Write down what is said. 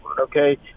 okay